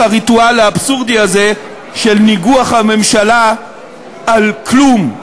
הריטואל האבסורדי הזה של ניגוח הממשלה על כלום,